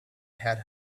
had